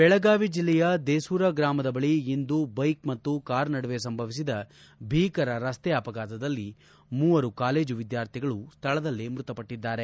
ಬೆಳಗಾವಿ ಜಿಲ್ಲೆಯ ದೇಸೂರ ಗ್ರಾಮದ ಬಳಿ ಇಂದು ಬೈಕ್ ಮತ್ತು ಕಾರ್ ನಡುವೆ ಸಂಭವಿಸಿದ ಭೀಕರ ರಸ್ತೆ ಅಪಘಾತದಲ್ಲಿ ಮೂವರು ಕಾಲೇಜು ವಿದ್ಯಾರ್ಥಿಗಳು ಸ್ಥಳದಲ್ಲೇ ಮೃತಪಟ್ಟಿದ್ದಾರೆ